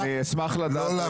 חבר הכנסת מתן כהנא.